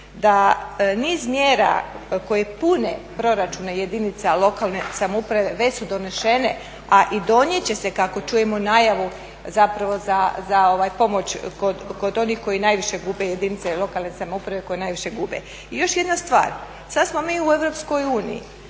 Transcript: da niz mjera koje pune proračune jedinice lokalne samouprave već su donešene, a i donijet će se kako čujemo najavu za pomoć kod onih koji najviše gube jedinice lokalne samouprave koje najviše gube. I još jedna stvar, sada smo mi u EU, postoje